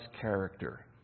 character